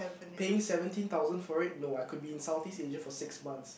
paying seventeen thousand for it no I could be in Southeast Asia for six months